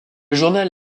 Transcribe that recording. journal